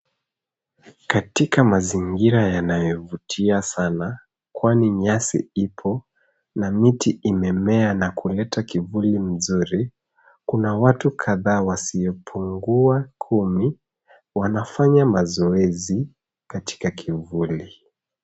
Katika mazingira yanayovutia sana, kwani nyasi ipo na miti imemea na kuleta kivuli mzuri, kuna watu kadhaa wasiopungua kumi, wanafanya mazoezi katika kivuli.